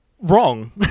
wrong